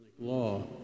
law